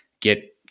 get